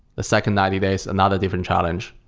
the second ninety day is another different challenge.